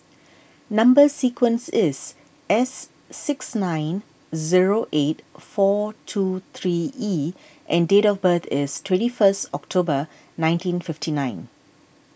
Number Sequence is S six nine zero eight four two three E and date of birth is twenty first October nineteen fifty nine